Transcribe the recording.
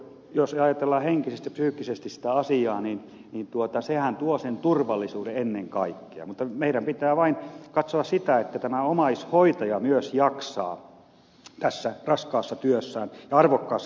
jos ajatellaan henkisesti ja psyykkisesti sitä asiaa niin sehän tuo sen turvallisuuden ennen kaikkea mutta meidän pitää vain katsoa sitä että tämä omaishoitaja myös jaksaa tässä raskaassa ja arvokkaassa työssään